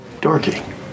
dorky